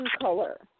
color